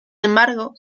embargo